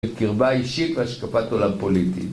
את קרבה האישית והשקפת עולם פוליטית